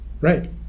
right